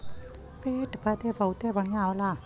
पेट बदे बहुते बढ़िया होला